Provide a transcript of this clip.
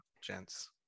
gents